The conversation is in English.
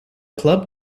club